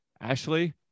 Ashley